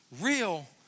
real